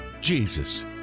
jesus